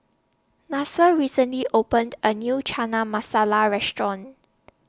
Nasir recently opened A New Chana Masala Restaurant